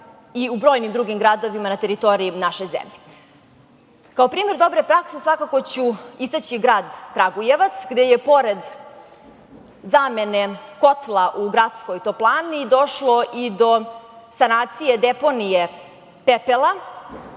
i u brojnim drugim gradovima na teritoriji naše zemlje. Kao primer dobre prakse svakako ću istaći grad Kragujevac, gde je pored zamene kotla u gradskoj toplani došlo i do sanacije deponije pepela,